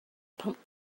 pumped